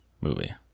movie